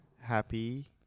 happy